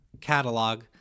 catalog